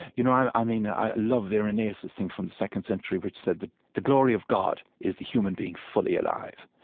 you know i i mean i love irenaeus's thing from the second century, which said, the the glory of god is the human being fully alive.